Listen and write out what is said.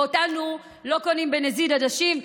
ואותנו לא קונים בנזיד עדשים,